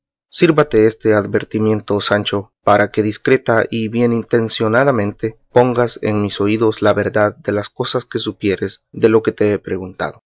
sírvate este advertimiento sancho para que discreta y bienintencionadamente pongas en mis oídos la verdad de las cosas que supieres de lo que te he preguntado